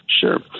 Sure